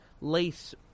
lace